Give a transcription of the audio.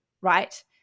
right